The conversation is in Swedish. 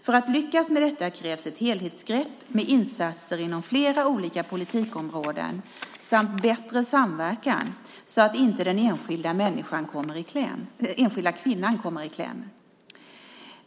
För att lyckas med detta krävs ett helhetsgrepp med insatser inom flera olika politikområden samt bättre samverkan så att inte den enskilda kvinnan kommer i kläm.